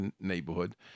neighborhood